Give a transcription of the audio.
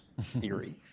theory